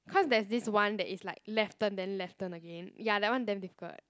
cause there's this one that is like left turn then left turn again ya that one damn difficult